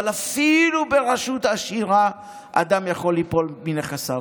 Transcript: אבל אפילו ברשות עשירה אדם יכול ליפול מנכסיו,